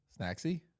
Snaxy